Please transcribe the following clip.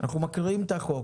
אנחנו מקריאים את החוק.